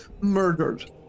murdered